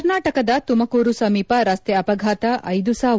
ಕರ್ನಾಟಕದ ತುಮಕೂರು ಸಮೀಪ ರಸ್ತೆ ಅಪಘಾತ ಐದು ಸಾವು